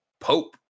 Pope